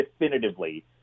definitively